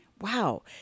wow